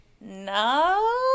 no